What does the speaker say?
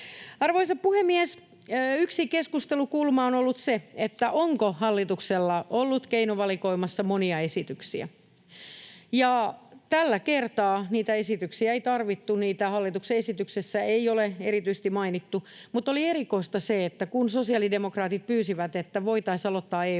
Arvoisa puhemies! Yksi keskustelukulma on ollut se, onko hallituksella ollut keinovalikoimassaan monia esityksiä. Tällä kertaa niitä esityksiä ei tarvittu, niitä hallituksen esityksessä ei ole erityisesti mainittu, mutta oli erikoista se, että kun sosiaalidemokraatit pyysivät, että voitaisiin aloittaa EU:n kanssa